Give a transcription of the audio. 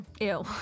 Ew